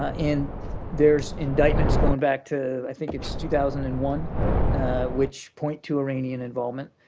and there's indictments going back to i think it's two thousand and one which point to iranian involvement.